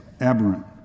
aberrant